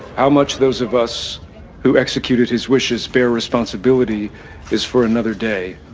how much those of us who executed his wishes bear responsibility is for another day.